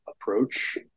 approach